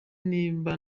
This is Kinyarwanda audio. niba